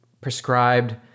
prescribed